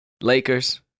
Lakers